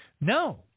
no